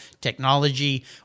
technology